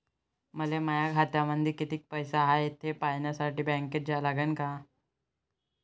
मले माया खात्यामंदी कितीक पैसा हाय थे पायन्यासाठी बँकेत जा लागनच का?